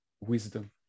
wisdom